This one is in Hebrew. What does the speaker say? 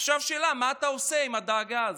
עכשיו השאלה היא מה אתה עושה עם הדאגה הזאת.